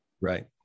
Right